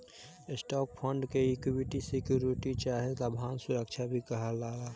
stock fund के equity security चाहे लाभांश सुरक्षा भी कहाला